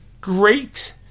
Great